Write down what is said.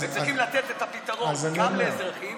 צריכים לתת את הפתרון גם לאזרחים